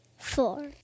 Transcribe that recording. four